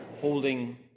holding